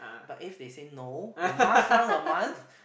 but if they say no you must rent a month